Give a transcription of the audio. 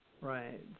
Right